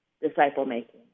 disciple-making